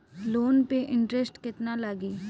Loan पे interest केतना लागी?